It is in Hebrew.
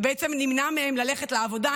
ובעצם נמנע מהם ללכת לעבודה,